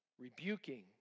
rebuking